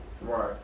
Right